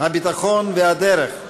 הביטחון והדרך.